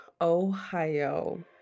Ohio